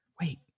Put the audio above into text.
wait